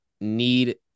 need